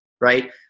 right